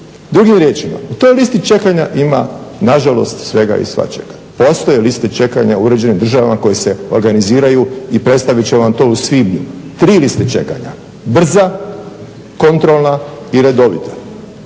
Drugim riječima u toj listi čekanja ima nažalost svega i svačega. Postoje liste čekanja uređene u državama koje se organiziraju i predstavit ćemo vam to u svibnju. Tri liste čekanja – brza, kontrolna i redovita.